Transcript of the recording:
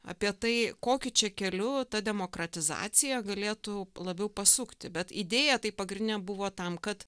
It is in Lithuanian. apie tai kokiu čia kelių ta demokratizacija galėtų labiau pasukti bet idėją tai pagrindinė buvo tam kad